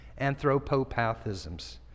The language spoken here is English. anthropopathisms